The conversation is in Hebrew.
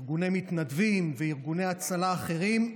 ארגוני מתנדבים וארגוני הצלה אחרים,